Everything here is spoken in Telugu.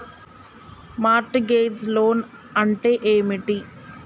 మార్ట్ గేజ్ లోన్ అంటే ఏమిటి?